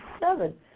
seven